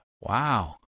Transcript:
Wow